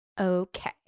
Okay